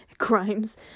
crimes